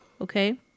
okay